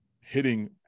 hitting